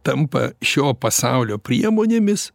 tampa šio pasaulio priemonėmis